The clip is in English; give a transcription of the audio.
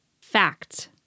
fact